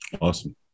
Awesome